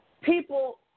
People